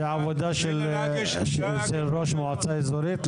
זו עבודה של ראש מועצה אזורית,